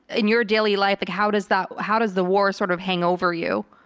in your daily life, like how does that, how does the war sort of hang over you?